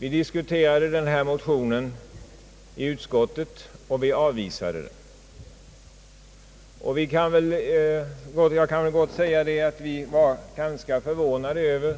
Vi diskuterade denna motion i utskottet, och vi avvisade den. Jag kan gott säga, att vi var förvånade över